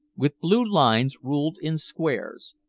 with blue lines ruled in squares.